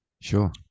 Sure